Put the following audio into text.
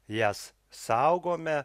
jas saugome